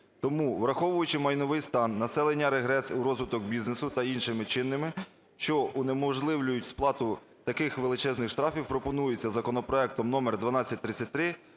Тому, враховуючи майновий стан населення, регрес у розвиток бізнесу та іншими чинними, що унеможливлюють сплату таких величезних штрафів, пропонується законопроектом номер 1233